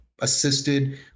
assisted